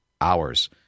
hours